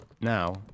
Now